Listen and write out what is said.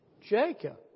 Jacob